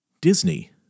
Disney